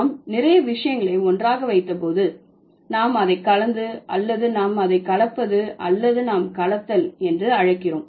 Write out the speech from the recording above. நாம் நிறைய விஷயங்களை ஒன்றாக வைத்த போது நாம் அதை கலந்து அல்லது நாம் அதை கலப்பது அல்லது நாம் கலத்தல் என்று அழைக்கிறோம்